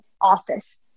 office